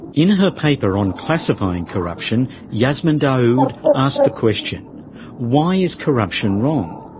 in her paper on classifying corruption, yasmin dawood asked the question why is corruption wrong?